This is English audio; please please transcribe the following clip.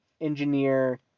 engineer